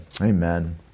Amen